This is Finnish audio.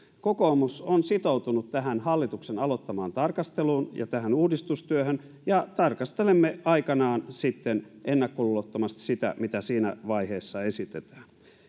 kokoomus on sitoutunut tähän hallituksen aloittamaan tarkasteluun ja tähän uudistustyöhön ja tarkastelemme aikanaan sitten ennakkoluulottomasti sitä mitä siinä vaiheessa esitetään